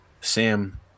Sam